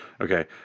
Okay